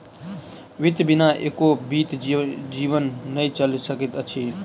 वित्त बिना एको बीत जीवन नै चलि सकैत अछि